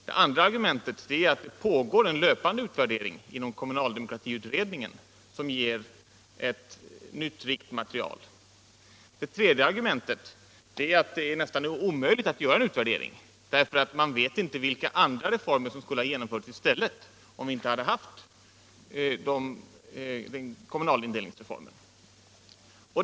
Det andra argumentet är att det pågår en löpande utvärdering inom utredningen om den kommunala demokratin, som ger ett nytt, rikt material. Det tredje argumentet är att det är nästan omöjligt att göra en utvärdering, eftersom man inte vet vilka andra reformer som skulle ha genomförts i stället, om inte kommunindelningsreformen hade kommit.